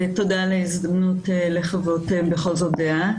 תודה על ההזדמנות לחוות דעה.